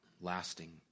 lasting